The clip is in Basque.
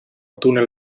tunel